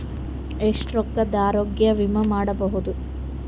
ಎಷ್ಟ ರೊಕ್ಕದ ಆರೋಗ್ಯ ವಿಮಾ ಮಾಡಬಹುದು?